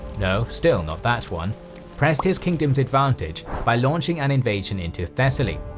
you know still not that one pressed his kingdom's advantage by launching an invasion into thessaly.